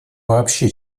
вообще